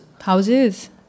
Houses